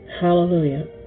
Hallelujah